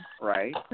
right